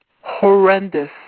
horrendous